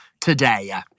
today